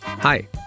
Hi